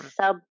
sub